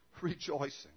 rejoicing